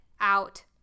out